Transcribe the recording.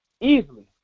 Easily